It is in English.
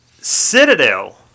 Citadel